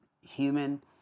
human